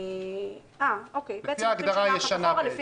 לפי ההגדרה הישנה.